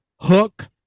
Hook